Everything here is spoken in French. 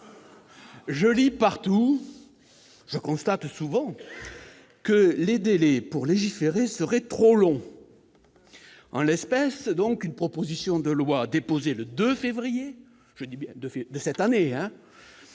Je lis partout, et constate souvent, que les délais pour légiférer sont trop longs. En l'occurrence, une proposition de loi déposée le 2 février- je dis bien le 2 février